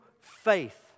faith